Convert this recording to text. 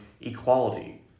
equality